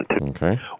Okay